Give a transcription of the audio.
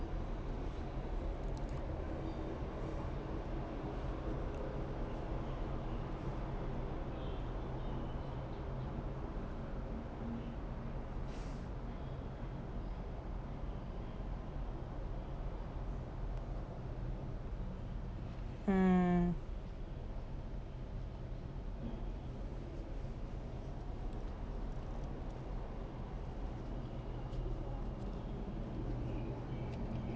hmm